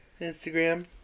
Instagram